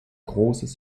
großes